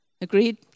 Agreed